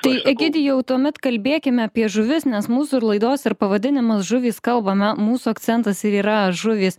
tai egidijau tuomet kalbėkim apie žuvis nes mūsų ir laidos ir pavadinimas žuvys kalba mūsų akcentas ir yra žuvys